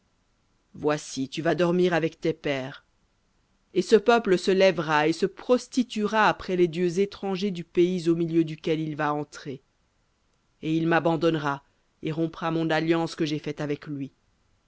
voici tu vas dormir avec tes pères et ce peuple se lèvera et se prostituera après les dieux étrangers du pays au milieu duquel il va entrer et il m'abandonnera et rompra mon alliance que j'ai faite avec lui